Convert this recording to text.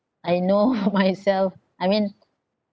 I know myself I mean